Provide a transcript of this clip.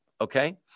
okay